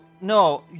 no